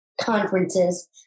conferences